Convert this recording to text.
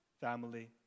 family